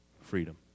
freedom